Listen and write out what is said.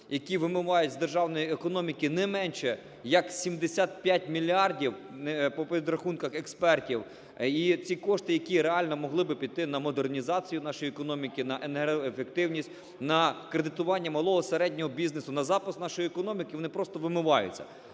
які вимивають з державної економіки не менше як 75 мільярдів по підрахунках експертів. Ці кошти, які реально могли б піти на модернізацію нашої економіки, на енергоефективність, на кредитування малого, середнього бізнесу, на запуск нашої економіки, вони просто вимиваються.